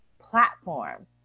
platform